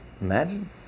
Imagine